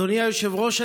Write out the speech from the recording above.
אדוני היושב-ראש,